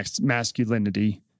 masculinity